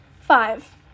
Five